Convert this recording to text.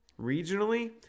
regionally